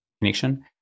connection